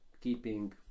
keeping